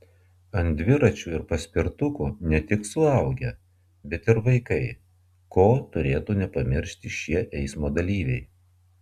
ant dviračių ir paspirtukų ne tik suaugę bet ir vaikai ko turėtų nepamiršti šie eismo dalyviai